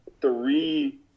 three